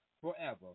forever